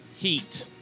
Heat